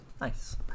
Nice